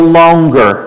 longer